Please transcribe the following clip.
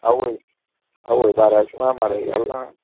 आवय आवय बाराशीं म्हणल्यार म्हारग जाल ना